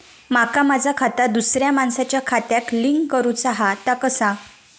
माका माझा खाता दुसऱ्या मानसाच्या खात्याक लिंक करूचा हा ता कसा?